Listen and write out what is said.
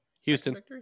Houston